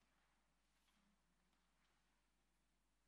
אדוני היושב-ראש,